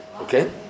okay